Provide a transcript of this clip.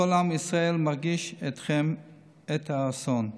כל עם ישראל מרגיש איתכם את האסון,